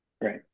Right